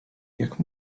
jak